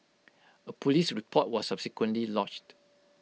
A Police report was subsequently lodged